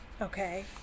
okay